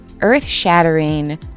earth-shattering